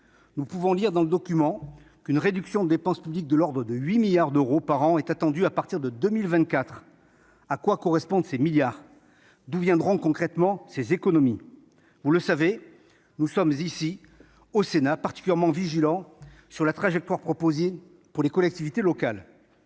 Nous pouvons y lire qu'une réduction des dépenses publiques de l'ordre de 8 milliards d'euros par an est attendue à partir de 2024. À quoi correspondent ces milliards ? D'où viendront, concrètement, ces économies ? Au Sénat, nous sommes particulièrement vigilants sur la trajectoire proposée pour les collectivités locales.